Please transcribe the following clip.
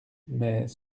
mais